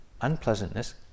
unpleasantness